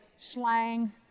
slang